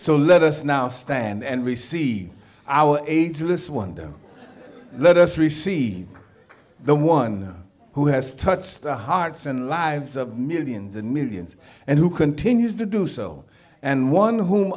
so let us now stand and receive our aid to this one down and let us receive the one who has touched the hearts and lives of millions and millions and who continues to do so and one whom